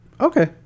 okay